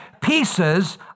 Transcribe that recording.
pieces